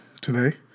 today